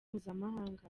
mpuzamahanga